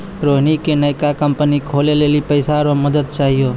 रोहिणी के नयका कंपनी खोलै लेली पैसा रो मदद चाहियो